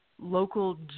local